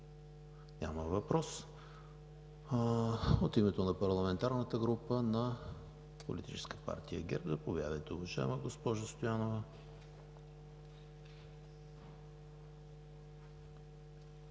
Няма въпрос. От името на парламентарната група на Политическа партия ГЕРБ – заповядайте, уважаема госпожо Стоянова.